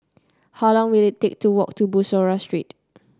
how long will it take to walk to Bussorah Street